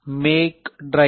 make driver